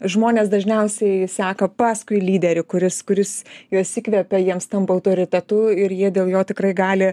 žmonės dažniausiai seka paskui lyderį kuris kuris juos įkvepia jiems tampa autoritetu ir jie dėl jo tikrai gali